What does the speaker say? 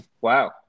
Wow